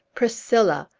priscilla!